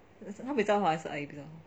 她比较好还是阿姨比较好